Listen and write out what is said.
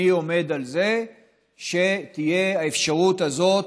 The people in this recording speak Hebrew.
אני עומד על זה שתהיה האפשרות הזאת.